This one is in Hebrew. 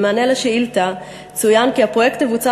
במענה על השאילתה צוין כי הפרויקט יבוצע